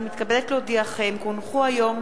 אני מתכבדת להודיעכם כי הונחו היום